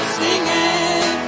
singing